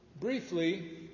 Briefly